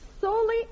solely